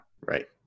Right